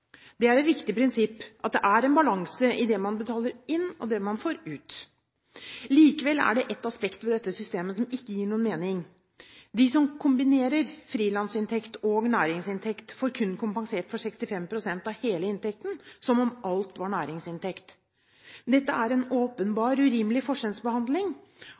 Det er et viktig prinsipp at det er en balanse i det man betaler inn, og det man får ut. Likevel er det ett aspekt ved dette systemet som ikke gir noen mening: De som kombinerer frilansinntekt og næringsinntekt får kun kompensert for 65 pst. av hele inntekten – som om alt var næringsinntekt. Dette er en åpenbar urimelig forskjellsbehandling,